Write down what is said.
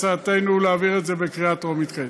הצעתנו, להעביר את זה בקריאה טרומית כעת.